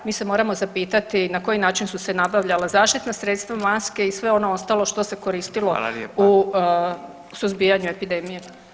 Mi se moramo zapitati na koji način su se nabavljala zaštitna sredstva, maske i sve ono ostalo što se koristilo [[Upadica Radin: Hvala lijepa.]] u suzbijanju epidemije.